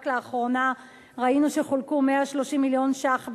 רק לאחרונה ראינו שחולקו 130 מיליון שקלים